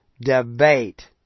Debate